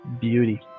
beauty